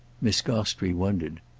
miss gostrey wondered.